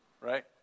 right